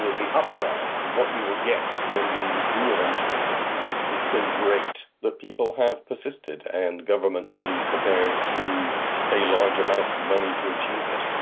you know the upside, what you will get when we do eventually succeed is so great that people have persisted, and governments have been prepared to pay large amounts of money to achieve it.